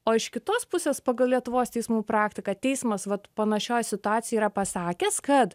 o iš kitos pusės pagal lietuvos teismų praktiką teismas vat panašioje situacija yra pasakęs kad